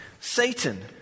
Satan